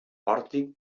pòrtic